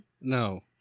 No